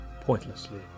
pointlessly